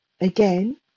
again